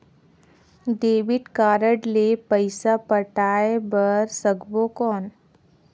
Debit card ले पइसा पटाय बार सकबो कौन?